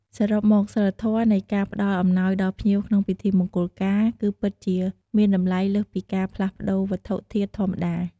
សរុបមក សីលធម៌នៃការផ្តល់អំណោយដល់ភ្ញៀវក្នុងពិធីមង្គលការ គឺពិតជាមានតម្លៃលើសពីការផ្លាស់ប្តូរវត្ថុធាតុធម្មតា។